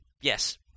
Yes